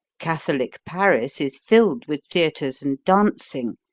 catholic paris is filled with theaters and dancing,